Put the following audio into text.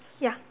ya